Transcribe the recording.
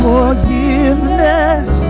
Forgiveness